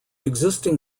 existing